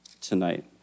tonight